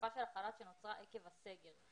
לתקופה של החל"ת שנוצרה עקב הסגר.